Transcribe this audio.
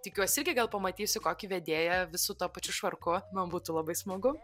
tikiuos irgi gal pamatysiu kokį vedėją visu tuo pačiu švarku man būtų labai smagu